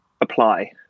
apply